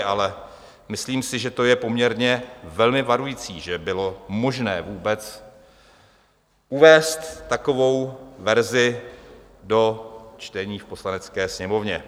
Ale myslím si, že to je poměrně velmi varující, že bylo možné vůbec uvést takovou verzi do čtení v Poslanecké sněmovně.